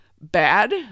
bad